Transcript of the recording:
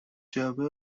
جعبه